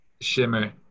Shimmer